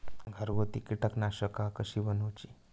घरगुती कीटकनाशका कशी बनवूची?